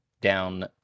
down